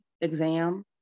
exam